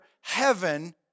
heaven